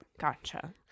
Gotcha